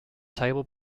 table